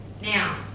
Now